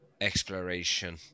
exploration